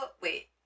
wait